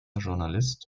journalist